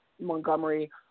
Montgomery